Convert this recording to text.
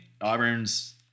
Auburn's